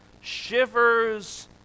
shivers